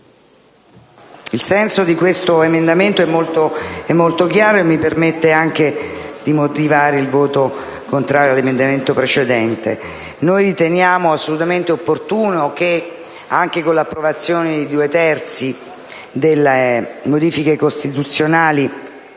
il senso dell'emendamento 5.3 è molto chiaro e mi permette di motivare il voto contrario all'emendamento precedente. Noi riteniamo assolutamente opportuno che, anche con l'approvazione con una maggioranza dei due terzi delle modifiche costituzionali,